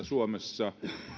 suomessa